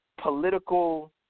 political